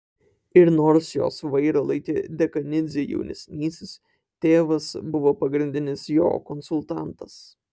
ir nors jos vairą laikė dekanidzė jaunesnysis tėvas buvo pagrindinis jo konsultantas